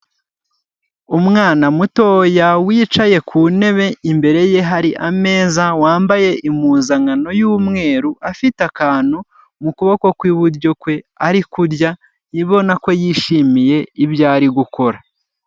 Umwana muto wicaye ku ntebe imbere ye hari ameza, wambaye impuzankano y'umweru, afite akantu mu kuboko kw'iburyo kwe ari kurya ubona ko yishimiye ibyo ari gukora.